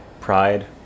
pride